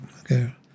Okay